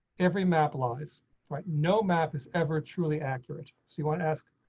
every map lies right no map is ever truly accurate. so you want to ask,